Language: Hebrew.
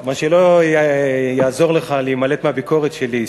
מה שלא יעזור לך להימלט מהביקורת שלי,